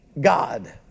God